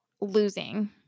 losing